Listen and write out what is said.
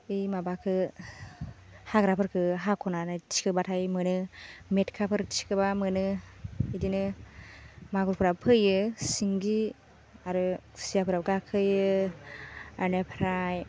बै माबाखो हाग्राफोरखो हाख'नानै थिखोबाथाय मोनो मेथ'खाफोर थिखोबा मोनो इदिनो मागुरफ्राबो फैयो सिंगि आरो खुसियाफ्राबो गाखोयो एनिफ्राय